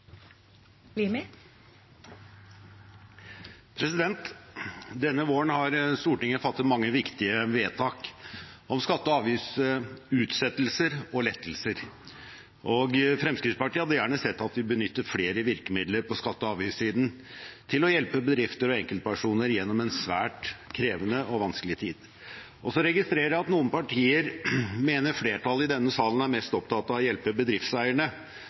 refererte til. Denne våren har Stortinget fattet mange viktige vedtak om skatte- og avgiftsutsettelser og -lettelser. Fremskrittspartiet hadde gjerne sett at vi benyttet flere virkemidler på skatte- og avgiftssiden til å hjelpe bedrifter og enkeltpersoner gjennom en svært krevende og vanskelig tid. Jeg registrerer at noen partier mener flertallet i denne salen er mest opptatt av å hjelpe